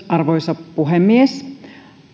arvoisa puhemies